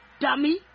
dummy